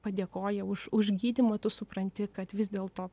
padėkoja už už gydymą tu supranti kad vis dėlto